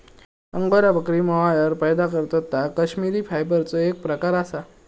angora बकरी mohair पैदा करतत ता कश्मिरी फायबरचो एक प्रकार असा